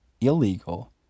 illegal